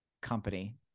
company